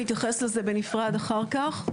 נתייחס לזה בנפרד אחר כך.